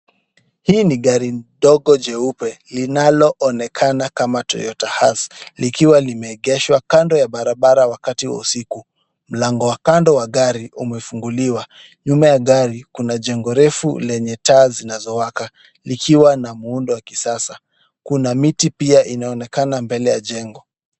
Hii ni gari dogo jeupe linaloonekana kama Toyota Haas likiwa limeegeshwa kando ya barabara wakati wa usiku. Mlango wa kando wa gari umefunguliwa. Nyuma ya gari kuna jengo refu lenye taa zinazowaka likiwa na muundo wa kisasa. Kuna miti pia inaonekana mbele ya jengo.